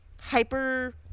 hyper